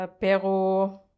pero